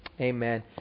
Amen